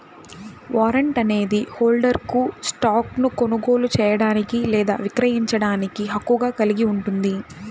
warrant అనేది హోల్డర్కు స్టాక్ను కొనుగోలు చేయడానికి లేదా విక్రయించడానికి హక్కును కలిగి ఉంటుంది